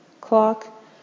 clock